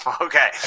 okay